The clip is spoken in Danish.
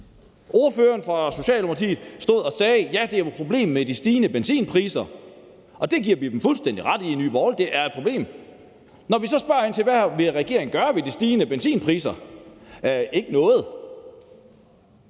Ordføreren fra Socialdemokratiet stod og sagde: Ja, det er jo et problem med de stigende benzinpriser. Og i Nye Borgerlige giver vi dem fuldstændig ret i, at det er et problem. Når vi så spørger ind til, hvad regeringen vil gøre ved de stigende benzinpriser, får vi